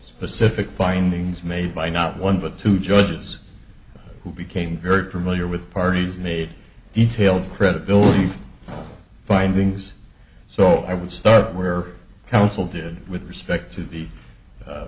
specific findings made by not one but two judges who became very familiar with parties made detailed credibility findings so i would start where counsel did with respect to